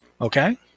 Okay